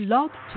Love